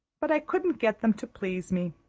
but i couldn't get them to please me.